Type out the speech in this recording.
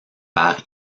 par